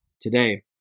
today